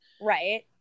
right